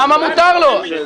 למה מותר לו?